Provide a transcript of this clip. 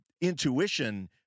intuition